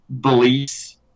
beliefs